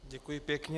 Děkuji pěkně.